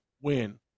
win